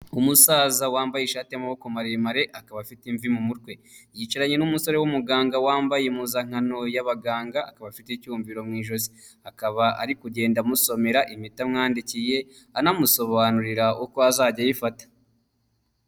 Umusaza wambaye ishati y'amaboko maremare akaba afite imvi mu mutwe yicaranye n'umusore w'umuganga wambaye impuzankano y'abaganga, akaba afite icyumviro mu ijosi, akaba ari kugenda amusomera imiti amwandikiye anamusobanurira uko azajya ayifata.